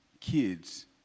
kids